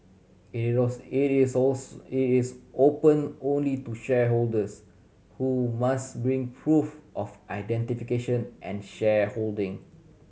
it it is it is open only to shareholders who must bring proof of identification and shareholding